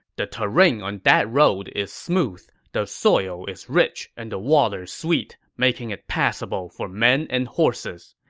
the terrain on that road is smooth, the soil is rich, and the water sweet, making it passable for men and horses.